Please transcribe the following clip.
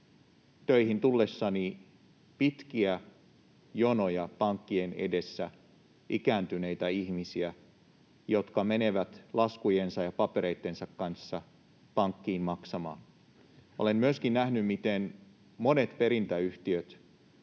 töihin tullessani pitkiä jonoja pankkien edessä, ikääntyneitä ihmisiä, jotka menevät laskujensa ja papereittensa kanssa pankkiin maksamaan. Olen myöskin nähnyt, miten monet perintäyhtiöt